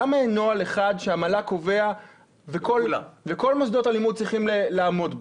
למה אין נוהל אחד שהמל"ג קובע וכל מוסדות הלימוד צריכים לעמוד בו?